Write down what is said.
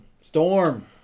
Storm